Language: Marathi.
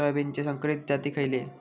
सोयाबीनचे संकरित जाती खयले?